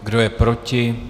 Kdo je proti?